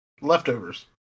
leftovers